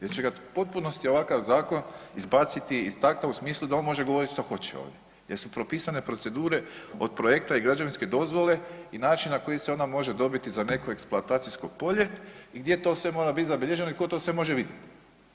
Jer će ga u potpunosti ovakav zakon izbaciti iz takta u smislu da on može govoriti šta hoće ovdje, jer su propisane procedure od projekta i građevinske dozvole i načina na koji se ona može dobiti za neko eksploatacijsko polje i gdje to sve mora biti zabilježeno i tko to sve može vidjeti.